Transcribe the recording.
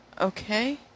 Okay